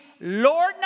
Lord